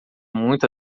muito